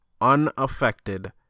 unaffected